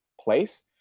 place